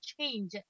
change